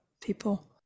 people